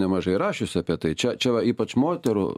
nemažai rašęs apie tai čia čia va ypač moterų